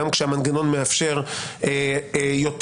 גם כשהמנגנון מאפשר הארכה,